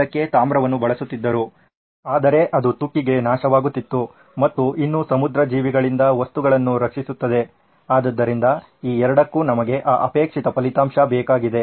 ಅದಕ್ಕೆ ತಾಮ್ರವನ್ನು ಬಳಸುತ್ತಿದ್ದರು ಅದರೆ ಅದು ತುಕ್ಕಿಗೆ ನಾಶವಾಗುತ್ತಿತ್ತು ಮತ್ತು ಇನ್ನೂ ಸಮುದ್ರ ಜೀವಿಗಳಿಂದ ವಸ್ತುಗಳನ್ನು ರಕ್ಷಿಸುತ್ತದೆ ಆದ್ದರಿಂದ ಈ ಎರಡಕ್ಕೂ ನಮಗೆ ಆ ಅಪೇಕ್ಷಿತ ಫಲಿತಾಂಶ ಬೇಕಾಗಿದೆ